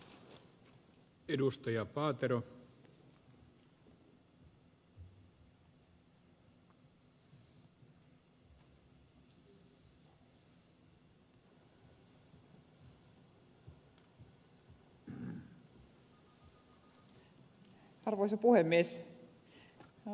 arvoisa puhemies